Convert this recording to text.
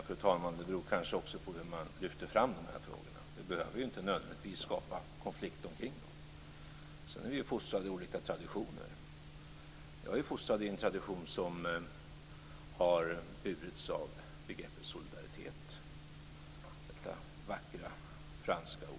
Fru talman! Det beror kanske också på hur man lyfter fram de här frågorna. Vi behöver inte nödvändigtvis skapa konflikt omkring dem. Vi är vidare fostrade i olika traditioner. Jag är fostrad i en tradition som burits upp av begreppet solidaritet, detta vackra franska ord.